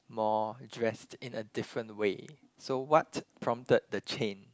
more dressed in a different way so what prompted the change